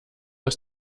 aus